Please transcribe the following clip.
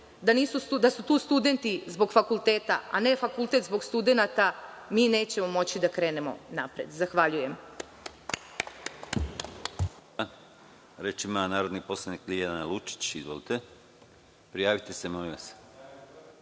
da su tu studenti zbog fakulteta, a ne fakultet zbog studenata, nećemo moći da krenemo napred. Hvala.